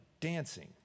dancing